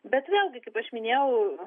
bet vėlgi kaip aš minėjau